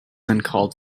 uncalled